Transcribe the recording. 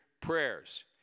prayers